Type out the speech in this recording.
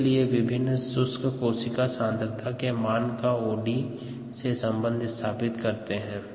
इसके लिए विभिन्न शुष्क कोशिका सांद्रता के मान का ओडी से सम्बंध स्थापित करते हैं